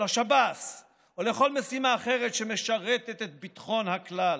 לשב"ס או לכל משימה אחרת שמשרתת את ביטחון הכלל,